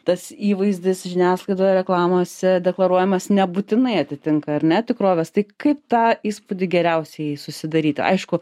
tas įvaizdis žiniasklaidoje reklamose deklaruojamas nebūtinai atitinka ar ne tikrovės tai kaip tą įspūdį geriausiai susidaryti aišku